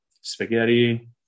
spaghetti